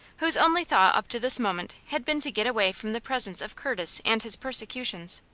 whose only thought up to this moment had been to get away from the presence of curtis and his persecutions.